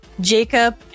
Jacob